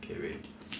okay wait